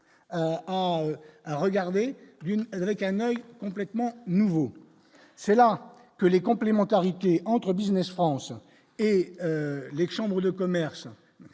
à regarder une avec un complètement nouveau, c'est là que les complémentarités entre Business France et les chambres de commerce